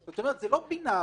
זאת אומרת, זה לא בינרי,